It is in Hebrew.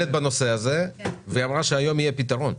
בנושא הזה שאמרה שהיום יהיה פתרון.